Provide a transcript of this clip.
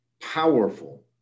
powerful